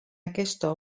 aquesta